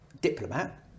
diplomat